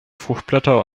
fruchtblätter